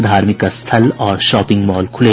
धार्मिक स्थल और शॉपिंग मॉल खुले